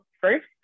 first